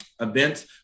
events